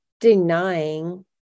denying